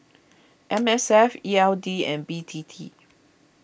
M S F E L D and B T T